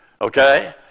okay